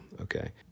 Okay